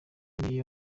n’iyo